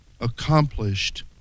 accomplished